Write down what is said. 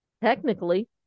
technically